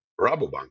Rabobank